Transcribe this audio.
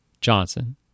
Johnson